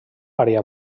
àrea